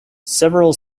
several